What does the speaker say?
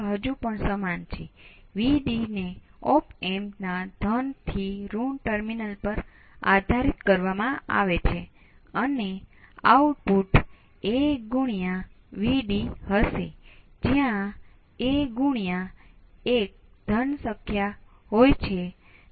હવે આ સૌથી સરળ બાબત છે જો તમે આ કરી શકો તો અહી તે બહાર આવ્યું છે કે તમે હંમેશાં આ ધારણા કરી શકતા નથી